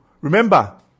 Remember